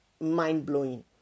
mind-blowing